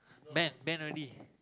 ban ban already